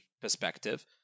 perspective